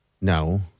No